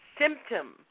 symptom